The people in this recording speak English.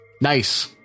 Nice